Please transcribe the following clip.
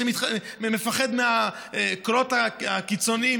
שמפחד מהקולות הקיצוניים,